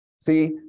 See